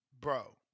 bro